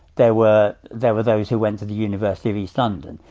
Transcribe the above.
there were there were those who went to the university of east london,